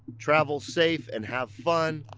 travel safe and have fun.